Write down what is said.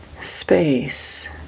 space